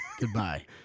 Goodbye